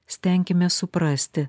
stenkimės suprasti